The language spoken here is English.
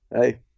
Hey